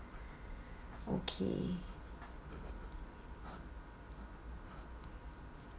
okay